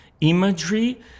imagery